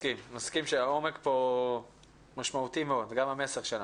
מסכים, מסכים שהמסר שלנו משמעותי מאוד בנושא הזה.